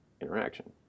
interaction